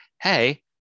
hey